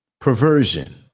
Perversion